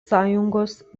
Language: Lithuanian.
sąjungos